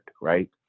right